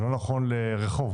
זה לא נכון לרחוב.